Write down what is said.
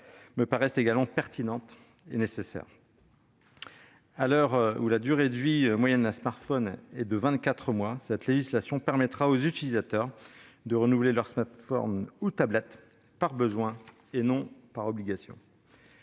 me paraissent également pertinents et nécessaires. À l'heure où la durée de vie moyenne d'un smartphone est de vingt-quatre mois, cette législation permettra aux utilisateurs de renouveler leur smartphone ou leur tablette par besoin et non par obligation.